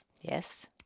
yes